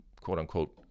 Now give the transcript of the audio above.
quote-unquote